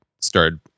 started